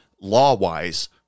law-wise